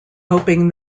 hoping